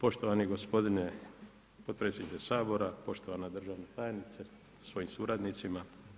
Poštovani gospodine potpredsjedniče Sabora, poštovana državna tajnice sa svojim suradnicima.